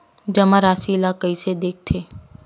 जमा राशि ला कइसे देखथे?